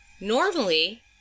Normally